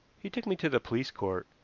he took me to the police court,